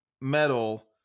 metal